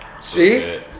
See